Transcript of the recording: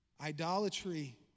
Idolatry